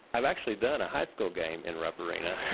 i've actually done a high school game in rupp arena,